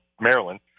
Maryland